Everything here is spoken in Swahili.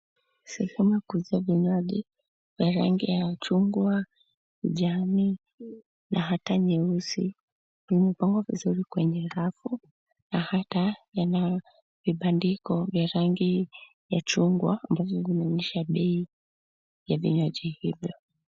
Sehemu ya kuuza vinywaji vya rangi ya chungwa kijani na hata nyeusi zimepangwa vizuri kwenye rafu na hata yana vibandiko vya rangi ya chungwa ambazo zinaonyesha bei ya vinywaji hivyo